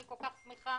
אני כל כך שמחה